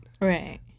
right